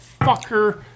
fucker